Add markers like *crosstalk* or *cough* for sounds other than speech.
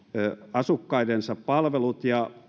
asukkaidensa palvelut ja *unintelligible*